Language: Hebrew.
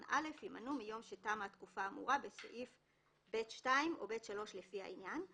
(א) יימנו מיום שתמה התקופה האמורה בסעיף (ב2) או (ב3) לפי העניין.